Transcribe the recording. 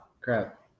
crap